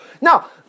Now